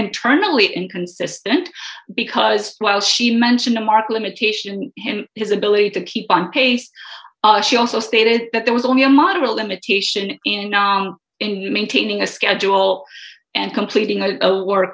only inconsistent because while she mentioned a marked limitation him his ability to keep on pace she also stated that there was only a moderate limitation in not in maintaining a schedule and completing a w